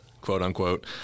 quote-unquote